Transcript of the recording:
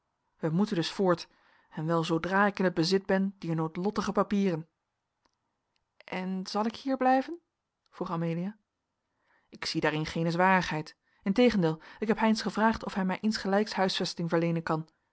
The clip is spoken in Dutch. wij moeten dus voort en wel zoodra ik in het bezit ben dier noodlottige papieren en zal ik hier blijven vroeg amelia ik zie daarin geene zwarigheid integendeel ik heb heynsz gevraagd of hij mij insgelijks huisvesting verleenen kan